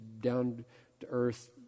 down-to-earth